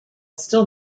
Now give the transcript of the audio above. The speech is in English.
still